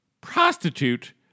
prostitute